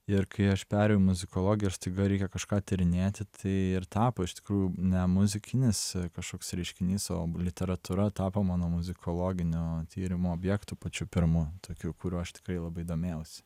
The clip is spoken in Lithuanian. ir kai aš perėjau į muzikologiją ir staiga reikia kažką tyrinėti tai ir tapo iš tikrųjų ne muzikinis kažkoks reiškinys o literatūra tapo mano muzikologinio tyrimo objektu pačiu pirmu tokiu kuriuo aš tikrai labai domėjausi